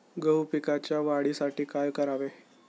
गहू पिकाच्या वाढीसाठी काय करावे?